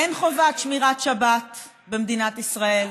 אין חובת שמירת שבת במדינת ישראל,